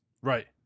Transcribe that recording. Right